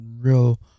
Real